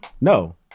No